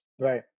right